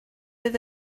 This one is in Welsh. bydd